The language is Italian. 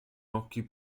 occhi